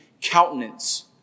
countenance